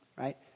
Right